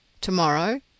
to-morrow